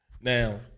Now